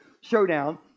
showdown